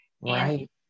Right